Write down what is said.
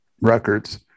records